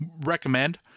recommend